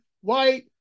white